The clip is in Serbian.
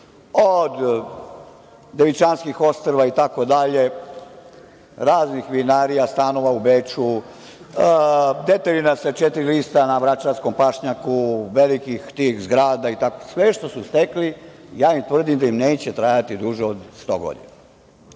od Devičanskih ostrva itd. raznih vinarija, stanova u Beču, detelina sa četiri lista na vračarskom pašnjaku, velikih zgrada itd. Sve što su stekli, tvrdim im da neće trajati duže od 100 godina.